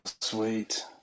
sweet